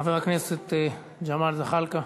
חבר הכנסת ג'מאל זחאלקה,